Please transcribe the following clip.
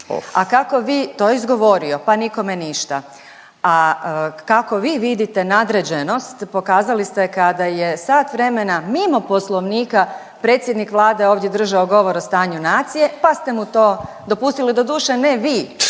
A kako vi, to je izgovorio pa nikome niša, a kako vi vidite nadređenost pokazali ste kada je sat vremena mimo poslovnika predsjednik Vlade ovdje držao govor o stanju nacije pa ste mu to dopustili, doduše ne vi,